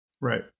Right